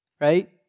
Right